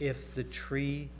if the tree